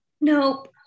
Nope